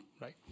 right